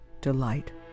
delight